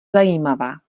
zajímavá